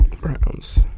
Browns